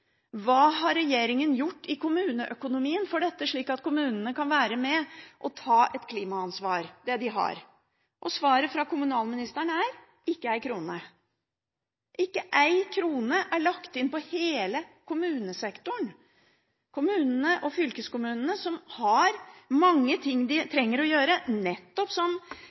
Hva har regjeringen gjort i tilknytning til kommuneøkonomien når det gjelder dette, slik at kommunene kan være med og ta det klimaansvaret de har? Svaret fra kommunalministeren er: ikke en krone. Ikke en krone er lagt inn på hele kommunesektoren. Kommunene og fylkeskommunene har mange ting de trenger å gjøre. Som klima- og miljøministeren nettopp